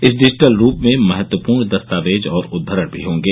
इस डिजिटल रूप में महत्वपूर्ण दस्तावेज और उद्वरण भी होंगे